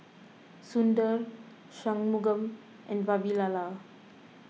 Sundar Shunmugam and Vavilala